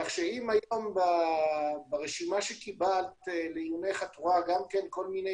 כך שאם ברשימה שקיבלת לעיונך את רואה גם כל מיני